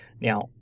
Now